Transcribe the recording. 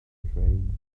train